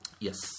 Yes